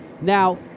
Now